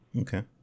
Okay